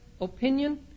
opinion